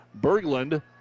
Berglund